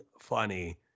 funny